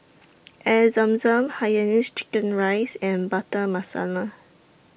Air Zam Zam Hainanese Chicken Rice and Butter Masala